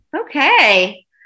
okay